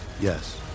Yes